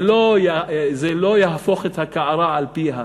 זה לא יהפוך את הקערה על פיה.